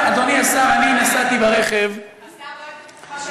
אדוני השר, אני נסעתי ברכב, השר,